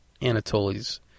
Anatoly's